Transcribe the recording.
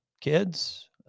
kids